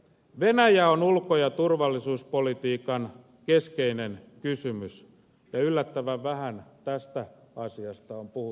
venäjä on ulko ja turvallisuuspolitiikan keskeinen kysymys yllättävän vähän tästä asiasta on puhuttu tässä keskustelussa